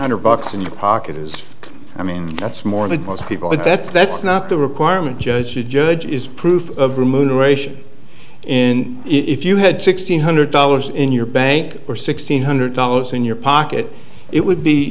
hundred bucks in your pocket is i mean that's more than most people but that's that's not the requirement judge the judge is proof of removal ration in if you had sixteen hundred dollars in your bank or sixteen hundred dollars in your pocket it would be